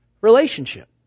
relationship